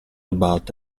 about